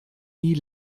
nie